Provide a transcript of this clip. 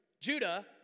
Judah